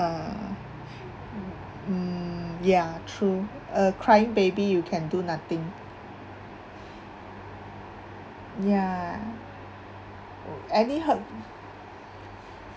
uh mm ya true a crying baby you can do nothing ya any help